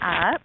up